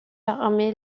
armer